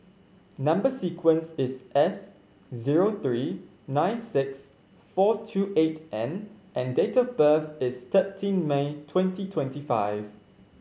number sequence is S zero three nine six four two eight N and date of birth is thirteen May twenty twenty five